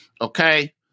Okay